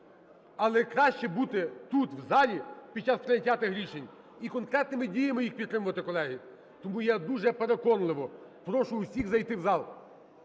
Але краще бути тут в залі під час прийняття тих рішень і конкретними діями їх підтримувати, колеги. Тому я дуже переконливо прошу усіх зайти в зал.